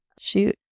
Shoot